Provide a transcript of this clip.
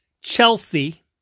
Chelsea